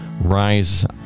rise